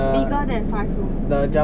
bigger than five room